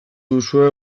duzue